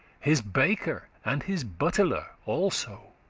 his baker and his buteler also,